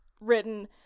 written